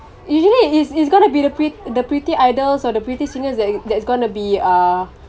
usually it's it's gonna be the pret~ the pretty idols or the pretty singers that's that's gonna be uh